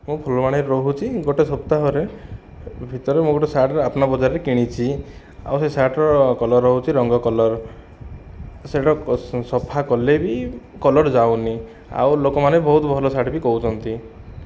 ମୁଁ ଫୁଲବାଣୀରେ ରହୁଛି ଗୋଟିଏ ସପ୍ତାହରେ ଭିତରେ ମୁଁ ଗୋଟିଏ ସାର୍ଟ ଆପନା ବଜାରରେ କିଣିଛି ଆଉ ସେ ସାର୍ଟର କଲର୍ ହେଉଛି ରଙ୍ଗ କଲର୍ ସେଗୁଡ଼ିକ ସଫା କଲେ ବି କଲର୍ ଯାଉନାହିଁ ଆଉ ଲୋକମାନେ ବହୁତ ଭଲ ସାର୍ଟ ବି କହୁଛନ୍ତି